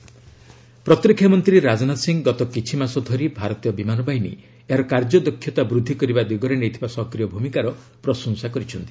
Rajnath air force ପ୍ରତିରକ୍ଷା ମନ୍ତ୍ରୀ ରାଜନାଥ ସିଂହ ଗତ କିଛି ମାସ ଧରି ଭାରତୀୟ ବିମାନ ବାହିନୀ ଏହାର କାର୍ଯ୍ୟଦକ୍ଷତା ବୃଦ୍ଧି କରିବା ଦିଗରେ ନେଇଥିବା ସକ୍ରିୟ ଭୂମିକାର ପ୍ରଶଂସା କରିଛନ୍ତି